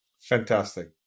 Fantastic